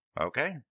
okay